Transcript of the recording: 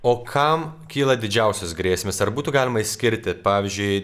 o kam kyla didžiausios grėsmės ar būtų galima išskirti pavyzdžiui